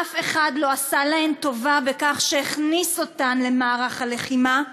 אף אחד לא עשה להן טובה בכך שהכניס אותן למערך הלחימה,